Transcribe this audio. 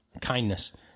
kindness